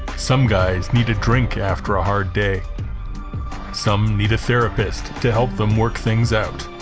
some guys need a drink after a hard day some need a therapist to help them work things out